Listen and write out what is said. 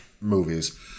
movies